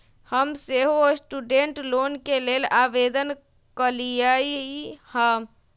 हम सेहो student loan के लेल आवेदन कलियइ ह